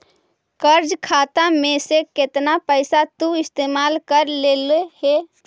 कर्ज खाता में से केतना पैसा तु इस्तेमाल कर लेले हे